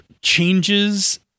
changes